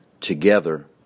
together